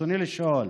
ברצוני לשאול: